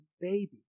baby